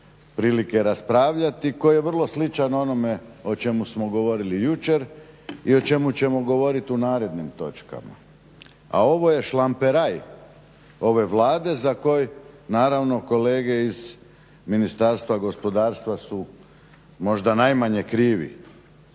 prilike raspravljati, koji je vrlo sličan onome o čemu smo govorili jučer i o čemu ćemo govoriti u narednim točkama a ovo je šlamperaj ove Vlade za koji naravno kolege iz Ministarstva gospodarstva su možda najmanje krivi.